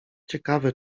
ciekawe